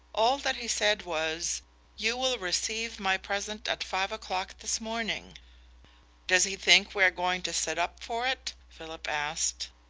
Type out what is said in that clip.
all that he said was you will receive my present at five o'clock this morning does he think we are going to sit up for it? philip asked.